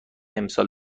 امسال